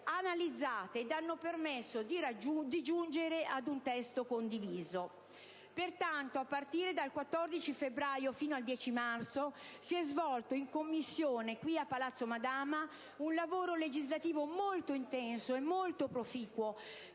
analizzate e hanno permesso di giungere ad un testo condiviso. Pertanto, a partire dal 14 febbraio e fino al 10 marzo, si è svolto in Commissione, qui a Palazzo Madama, un lavoro legislativo molto intenso e molto proficuo